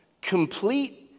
complete